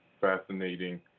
fascinating